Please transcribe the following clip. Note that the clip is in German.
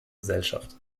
gesellschaft